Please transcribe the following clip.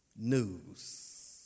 news